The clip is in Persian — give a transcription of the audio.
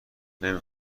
نمی